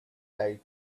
like